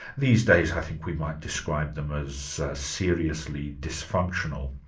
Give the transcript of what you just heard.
these days i think we might describe them as seriously dysfunctional.